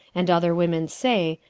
and other women say,